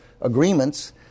agreements